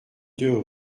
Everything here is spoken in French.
deux